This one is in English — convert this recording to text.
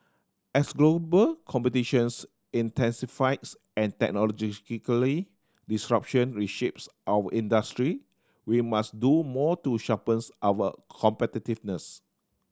as global competitions intensifies and technological disruption reshapes our industry we must do more to sharpens our competitiveness